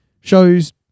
Shows